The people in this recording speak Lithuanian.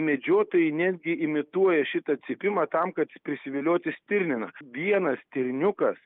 medžiotojai netgi imituoja šitą cypimą tam kad prisivilioti stirniną vienas stirniukas